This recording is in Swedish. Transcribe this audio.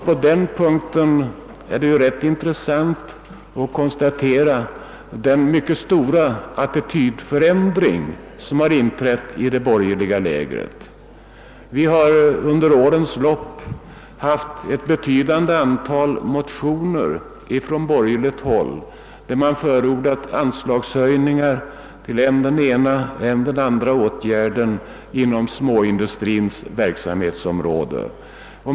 På den punkten är det rätt intressant att konstatera den mycket stora attitydförändring som inträtt i det borgerliga lägret. Vi har under årens lopp haft att behandla ett betydande antal motioner från borgerligt håll, i vilka man förordat anslagshöjningar till än den ena än den andra åtgärden inom småindustrins verksamhetsområde.